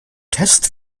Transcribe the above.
test